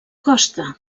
costa